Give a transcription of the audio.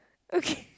okay